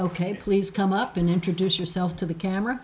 ok please come up and introduce yourself to the camera